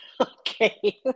Okay